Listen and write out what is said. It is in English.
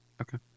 Okay